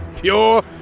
pure